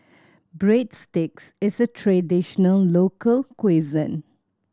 breadsticks is a traditional local cuisine